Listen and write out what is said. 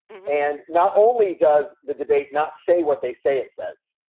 and not only does the debate not say what they say, it says,